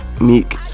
Meek